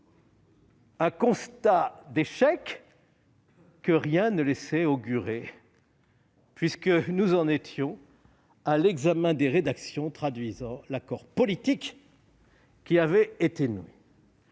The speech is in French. un constat d'échec que rien ne laissait augurer. En effet, nous en étions parvenus à l'examen des rédactions traduisant l'accord politique qui avait été conclu